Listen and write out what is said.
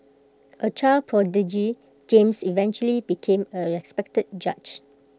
A child prodigy James eventually became A respected judge